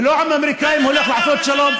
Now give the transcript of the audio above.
ולא העם האמריקאי הולך לעשות שלום.